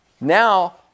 Now